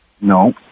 No